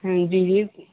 ہاں جی جی